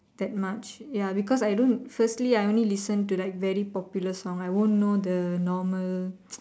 that much ya because I don't firstly I only listen to very popular songs I won't know the normal